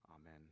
amen